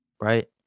right